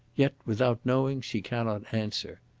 yet without knowing she cannot answer.